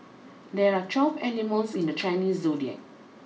there are twelve animals in the Chinese Zodiac